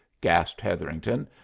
gasped hetherington.